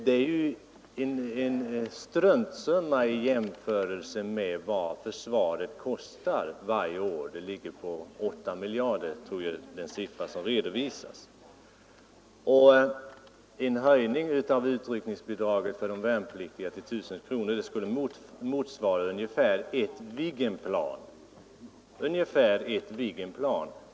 Det är ju en struntsumma i jämförelse med vad försvaret kostar varje år; jag tror den siffra som redovisas är 8 miljarder kronor. En höjning av utryckningsbidraget till de värnpliktiga till 1 000 kronor motsvarar ungefär ett Viggenplan.